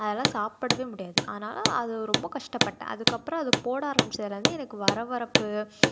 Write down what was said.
அதனால் சாப்பிடவே முடியாது அதனால் அது ரொம்ப கஷ்டப்பட்டேன் அதுக்கப்புறம் அது போட ஆரமிச்சதுலேருந்து எனக்கு வர வரப்பு